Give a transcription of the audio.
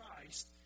Christ